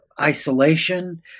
Isolation